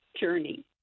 journey